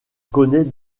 connaît